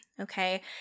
okay